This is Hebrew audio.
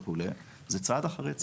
זה צעד אחרי צעד.